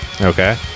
Okay